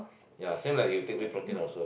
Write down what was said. ya same like you take wheat protein also